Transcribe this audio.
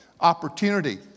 opportunity